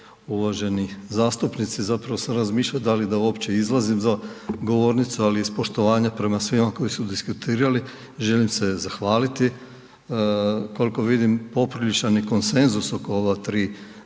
Uvaženi zastupnici. Zapravo sam razmišljao da li da uopće izlazim za govornicu, ali iz poštovanja prema svima koji su diskutirali, želim se zahvaliti. Koliko vidim, popriličan je i konsenzus oko ova 3 zakona,